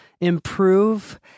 improve